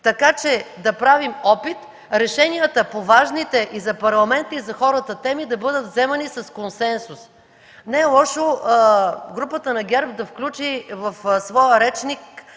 така че да правим опит решенията по важните и за парламента, и за хората теми да бъдат вземани с консенсус. Не е лошо групата на ГЕРБ да включи в своя речник